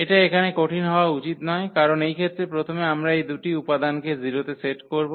এটা এখানে কঠিন হওয়া উচিত নয় কারন এই ক্ষেত্রে প্রথমে আমরা এই দুটি উপাদানকে 0 তে সেট করব